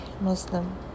Muslim